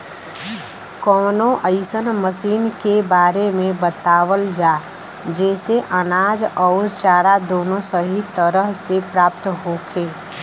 कवनो अइसन मशीन के बारे में बतावल जा जेसे अनाज अउर चारा दोनों सही तरह से प्राप्त होखे?